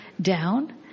down